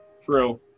true